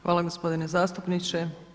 Hvala gospodine zastupniče.